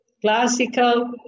classical